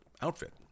outfit